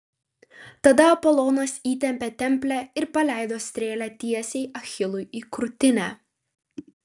tada apolonas įtempė templę ir paleido strėlę tiesiai achilui į krūtinę